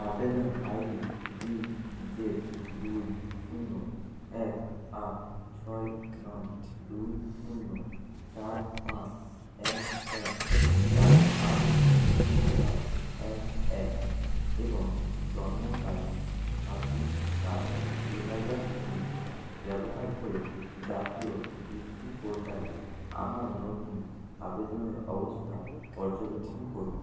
আবেদন ID D Z দুই শূন্য এক আট ছয় নয় দুই শূন্য চার পাঁচ এক এক চার আট শূন্য সাত এক এক এবং জন্ম তারিখ ছাব্বিশ চার দু হাজার উনিশ ব্যবহার করে জাতীয় বৃত্তি পোর্টালে আমার নতুন আবেদনের অবস্থা পর্যবেক্ষণ করুন